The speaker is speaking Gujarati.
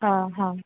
હા હા